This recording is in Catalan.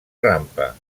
rampa